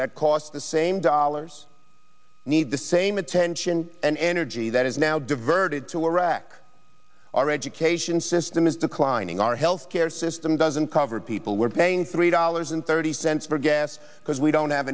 that cost the same dollars need the same attention and energy that is now diverted to iraq our education system is declining our health care system doesn't cover people we're paying three dollars and thirty cents for gas because we don't have